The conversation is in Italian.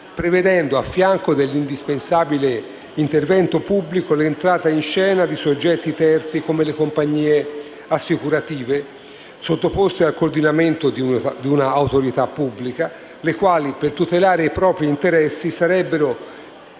prevedendo, a fianco dell'indispensabile intervento pubblico, l'entrata in scena di soggetti terzi come le compagnie assicurative, sottoposte al coordinamento di un'autorità pubblica, le quali per tutelare i propri interessi sarebbero